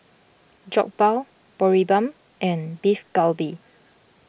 Jokbal Boribap and Beef Galbi